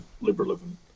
liberalism